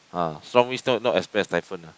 ah strong winds still not as bad as typhoon ah